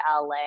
LA